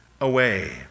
away